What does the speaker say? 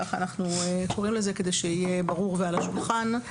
כך אנחנו קוראים לו כדי שיהיה ברור ועל השולחן.